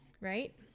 right